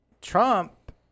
Trump